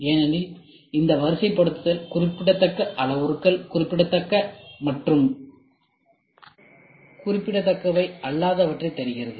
ஏனெனில் இந்த வரிசைப்படுத்துதல் குறிப்பிடத்தக்க அளவுருக்கள் குறிப்பிடத்தக்க மற்றும் குறிப்பிடத்தக்கவை அல்லாதவற்றை தருகிறது